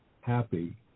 happy